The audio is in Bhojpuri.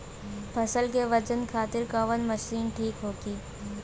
फसल के वजन खातिर कवन मशीन ठीक होखि?